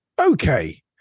Okay